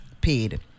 paid